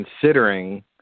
considering